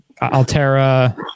Altera